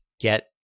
get